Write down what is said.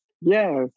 yes